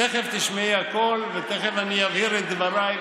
תכף את תשמעי הכול ותכף אני אבהיר את דבריי,